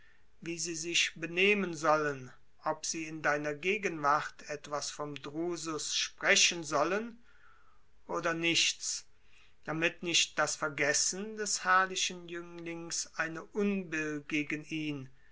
wie sie sich benehmen sollen ob sie in deiner gegenwart etwas vom drusus sprechen sollen oder nichts damit nicht das vergessen des herrlichen jünglings eine unbill gegen ihn